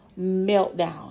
meltdown